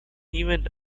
even